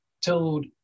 told